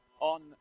on